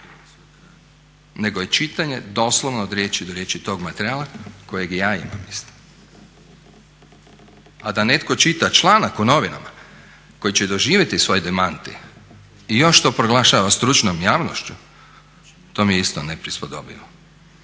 nego je čitanje doslovno od riječi do riječi tog materijala kojeg i ja imam isto. A da netko čita članak u novinama koji će doživjeti svoj demanti i još to proglašava stručnom javnošću to mi je isto neprispodobivo.